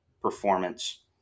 performance